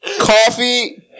coffee